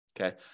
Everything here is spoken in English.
Okay